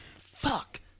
Fuck